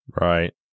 Right